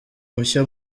mushya